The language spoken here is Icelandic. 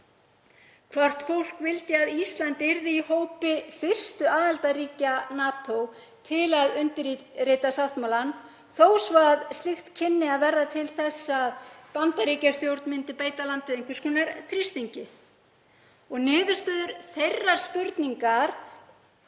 hvort það vildi að Ísland yrði í hópi fyrstu aðildarríkja NATO til að undirrita sáttmálann þó svo að slíkt kynni að verða til þess að Bandaríkjastjórn myndi beita landið einhvers konar þrýstingi. Niðurstöður þeirrar spurningar